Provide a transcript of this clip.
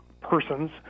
persons